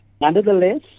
Nonetheless